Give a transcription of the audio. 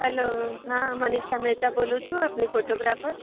hello હા મનિષા મહેતા બોલું છું આપણે ફોટોગ્રાફર